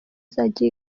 azajya